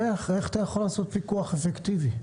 איך אתה יכול לעשות פיקוח אפקטיבי?